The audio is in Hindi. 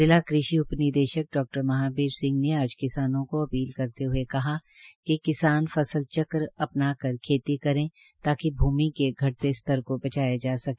जिला कृषि उपनिदेशक डा महाबीर सिह ने आज किसानों को अपील करते हये कहा कि किसान फसल चक्र अपना कर खेती करे ताकि भूमि के घटते स्तर को बचाया जा सके